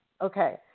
Okay